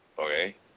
Okay